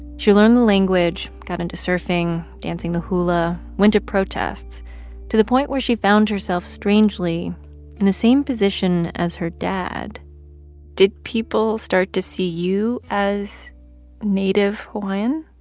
she learned the language, got into surfing, dancing the hula, went to protests to the point where she found herself strangely in the same position as her dad did people start to see you as native hawaiian?